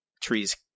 trees